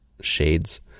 shades